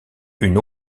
une